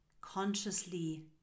consciously